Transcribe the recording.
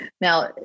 Now